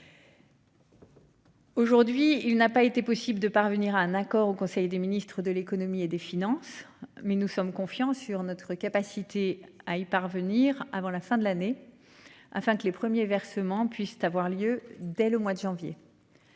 Aujourd'hui, il n'a pas été possible de parvenir à un accord au Conseil des ministres de l'Économie et des Finances, mais nous sommes confiants sur notre capacité à y parvenir avant la fin de l'année. Afin que les premiers versements puissent avoir lieu dès le mois de janvier.--